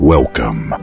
Welcome